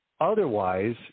Otherwise